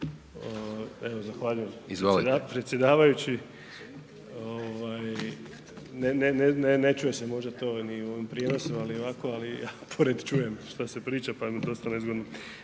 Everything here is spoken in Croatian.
Evo, zahvaljujem predsjedavajući. Ne čuje se to možda to i u ovim prijenosima, ali ovako, ali ja pored čujem što se priča pa mi je dosta nezgodno.